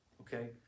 okay